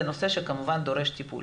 זה נושא שכמובן דורש טיפול.